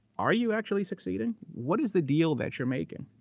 are you actually succeeding? what is the deal that you're making?